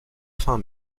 fin